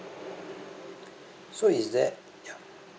so is there ya